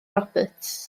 roberts